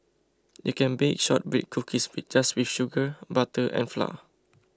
you can bake Shortbread Cookies just with sugar butter and flour